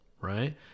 right